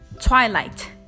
twilight